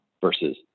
versus